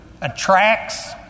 attracts